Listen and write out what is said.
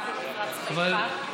גם במפרץ חיפה,